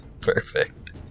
Perfect